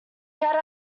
had